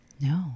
No